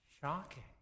shocking